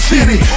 City